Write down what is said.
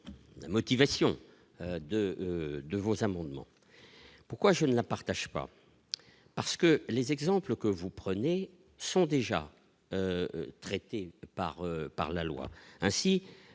la motivation de de vos amendements. Pourquoi je ne la partage pas parce que les exemples que vous prenez sont déjà traitées par par la